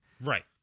Right